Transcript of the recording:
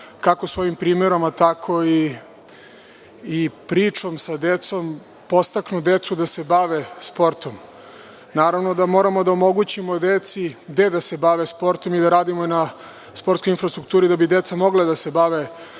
kako svojim primerom, tako i pričom sa decom podstaknu decu da se bave sportom. Naravno da moramo da omogućimo deci gde da se bave sportom i da radimo na sportskoj infrastrukturi, da bi deca mogla da se bave sportom